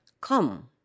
come